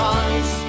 eyes